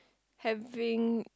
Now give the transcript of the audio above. having